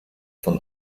von